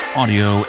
audio